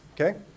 okay